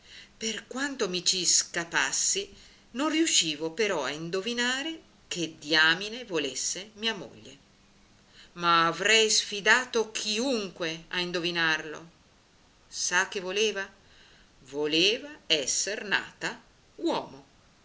per quanto mi ci scapassi non riuscivo però a indovinare che diamine volesse mia moglie ma avrei sfidato chiunque a indovinarlo sa che voleva voleva esser nata uomo